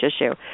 issue